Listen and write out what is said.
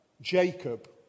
Jacob